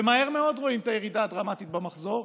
ומהר מאוד רואים את הירידה הדרמטית במחזור,